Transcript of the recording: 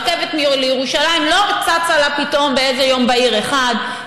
הרכבת לירושלים לא צצה לה פתאום באיזה יום בהיר אחד.